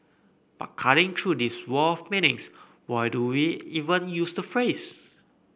but cutting through this wall of meanings why do we even use the phrase